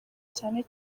cyane